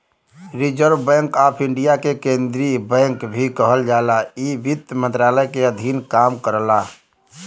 reserve Bank of India के केंद्रीय bank भी कहल जाला इ वित्त मंत्रालय के अधीन काम करला